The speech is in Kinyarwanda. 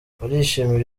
barishimira